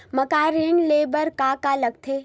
मकान ऋण ले बर का का लगथे?